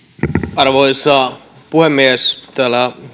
arvoisa puhemies täällä on